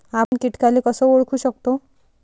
आपन कीटकाले कस ओळखू शकतो?